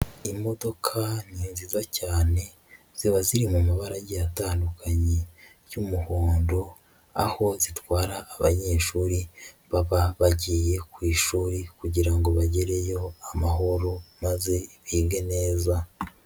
Imodoka ni nziza cyane, ziba ziri mu mabara agiye atandukanye y'umuhondo, aho zitwara abanyeshuri baba bagiye ku ishuri kugira ngo bagereyo amahoro maze bige neza.